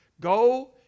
go